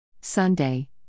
Sunday